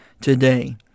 today